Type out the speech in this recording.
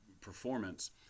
performance